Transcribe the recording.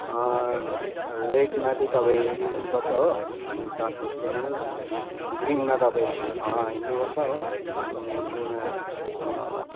रेडमा चाहिँ तपाईँ रोक्नुपर्छ हो अनि ट्राफिक सिग्नल ग्रिनमा तपाईँ हिँड्नु पर्छ हो अनि ग्रिनमा